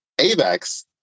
abex